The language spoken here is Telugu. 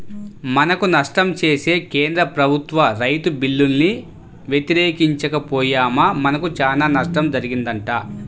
మనకు నష్టం చేసే కేంద్ర ప్రభుత్వ రైతు బిల్లుల్ని వ్యతిరేకించక పొయ్యామా మనకు చానా నష్టం జరిగిద్దంట